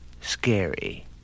scary